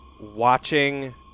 watching